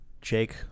Jake